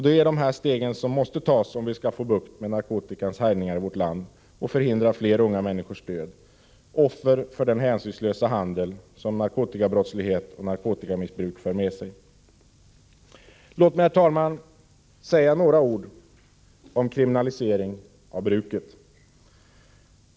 Det är dessa steg som måste tas, om vi skall få bukt med narkotikans härjningar i vårt land och förhindra fler unga människors död — offer för den hänsynslösa handel som narkotikabrottslighet och narkotikamissbruk för med sig. Låt mig, herr talman, säga några ord om kriminalisering av bruket.